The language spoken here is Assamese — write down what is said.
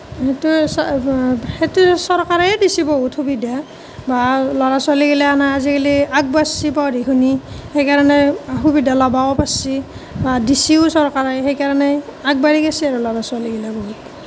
সেইটো সেইটো চৰকাৰেই দিছে বহুত সুবিধা বা ল'ৰা ছোৱালীগিলাখান আজিকালি আগবাঢ়িছে পঢ়ি শুনি সেইকাৰণে সুবিধা ল'বও পাৰিছে বা দিছেও চৰকাৰে সেইকাৰণে আগবাঢ়ি গৈছে আৰু ল'ৰা ছোৱালীগিলা বহুত